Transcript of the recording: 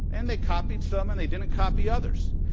and they copied some, and they didn't copy others.